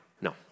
No